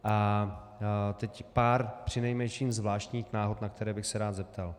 A teď pár přinejmenším zvláštních náhod, na které bych se rád zeptal.